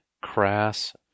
crass